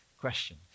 Question